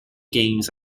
games